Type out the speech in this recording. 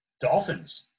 dolphins